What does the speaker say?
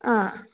ಹಾಂ